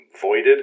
voided